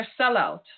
Sellout